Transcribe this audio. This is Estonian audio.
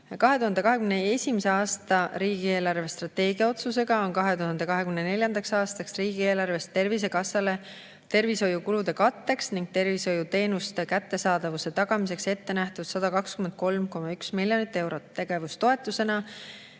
2021. aasta riigi eelarvestrateegia otsusega on 2024. aastaks riigieelarvest Tervisekassale tervishoiukulude katteks ning tervishoiuteenuste kättesaadavuse tagamiseks ette nähtud 123,1 miljonit eurot tegevustoetusena,